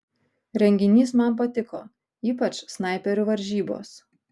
renginys man patiko ypač snaiperių varžybos